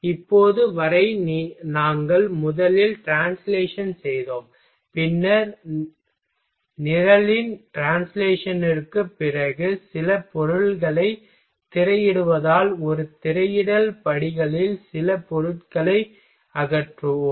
இப்போது வரை நாங்கள் முதலில் ட்ரான்ஸ்லேஷன் செய்தோம் பின்னர் நிரலின் ட்ரான்ஸ்லேஷன்ற்குப் பிறகு சில பொருள்களைத் திரையிடுவதால் ஒரு திரையிடல் படிகளில் சில பொருட்களை அகற்றுவோம்